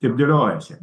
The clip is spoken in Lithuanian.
taip dėliojasi